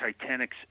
Titanic's